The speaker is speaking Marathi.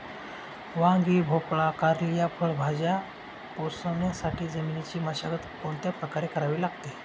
वांगी, भोपळा, कारली या फळभाज्या पोसण्यासाठी जमिनीची मशागत कोणत्या प्रकारे करावी लागेल?